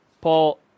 Paul